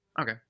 Okay